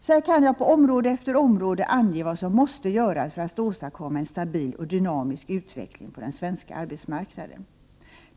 Så här kan jag på område efter område ange vad som måste göras för att åstadkomma en stabil och dynamisk utveckling på den svenska arbetsmarknaden.